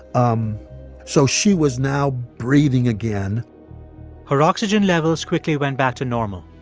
um so she was now breathing again her oxygen levels quickly went back to normal.